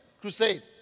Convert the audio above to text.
Crusade